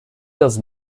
does